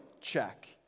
check